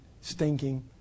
stinking